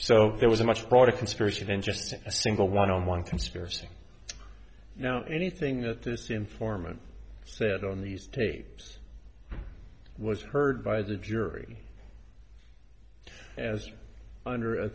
so there was a much broader conspiracy than just a single one on one conspiracy now anything that this informant said on these tapes was heard by the jury as under a